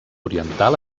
oriental